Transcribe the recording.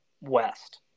west